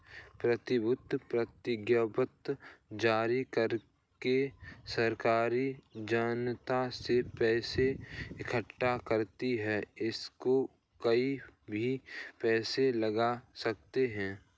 प्रतिभूति प्रतिज्ञापत्र जारी करके सरकार जनता से पैसा इकठ्ठा करती है, इसमें कोई भी पैसा लगा सकता है